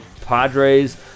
Padres